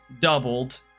doubled